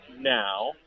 now